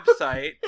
website